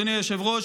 אדוני היושב-ראש,